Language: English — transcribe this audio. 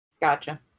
Gotcha